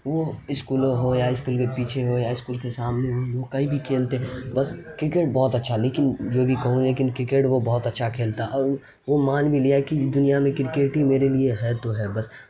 وہ اسکولوں ہو یا اسکول کے پیچھے ہو یا اسکول کے سامنے ہو وہ کہیں بھی کھیلتے بس کرکٹ بہت اچھا لیکن جو بھی کہوں لیکن کرکٹ وہ بہت اچھا کھیلتا اور وہ مان بھی لیا ہے کہ دنیا میں کرکٹ ہی میرے لیے ہے تو ہے بس